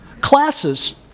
classes